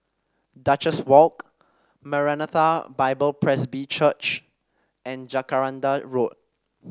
Duchess Walk Maranatha Bible Presby Church and Jacaranda Road